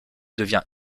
devient